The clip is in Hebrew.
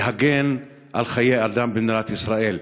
להגן על חיי אדם במדינת ישראל,